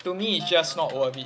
to me is just not worth it